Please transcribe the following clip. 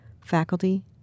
faculty